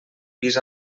pis